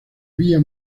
vía